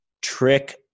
trick